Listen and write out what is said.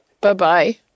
Bye-bye